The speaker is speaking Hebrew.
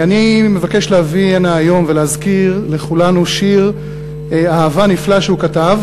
אני מבקש להביא הנה היום ולהזכיר לכולנו שיר אהבה נפלא שהוא כתב.